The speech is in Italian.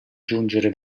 giungere